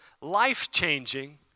life-changing